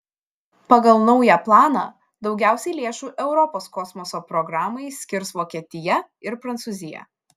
pagal naują planą daugiausiai lėšų europos kosmoso programai skirs vokietija ir prancūzija